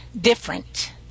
different